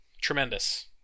Tremendous